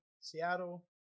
Seattle